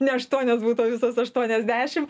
ne aštuonios būtų bet visos aštuoniasdešim